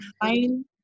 fine